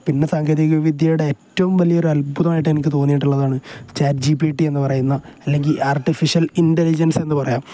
പിന്നെ സാങ്കേതികവിദ്യയുടെ ഏറ്റവും വലിയ ഒരു അത്ഭുതമായിട്ട് എനിക്ക് തോന്നിയിട്ടുള്ളതാണ് ചാറ്റ് ജി പി ടി എന്നു പറയുന്ന അല്ലെങ്കിൽ ആർട്ടിഫിഷ്യൽ ഇൻ്ലിജൻസ് എന്നു പറയാം